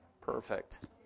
Perfect